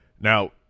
now